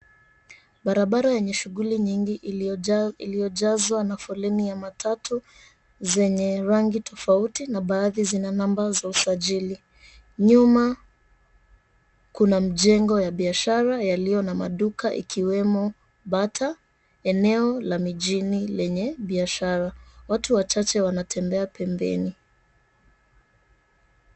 Barabara ya ni shughuli nyingi iliyojazwa na foleni ya matatu zenye rangi tofauti na baadhi zina namba za usajili. Nyuma kuna mjengo ya biashara yaliyo na maduka ikiwemo Bata, eneo la mijini lenye biashara. Watu wachache wanatembea pembeni.